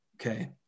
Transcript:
Okay